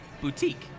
boutique